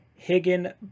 Higgin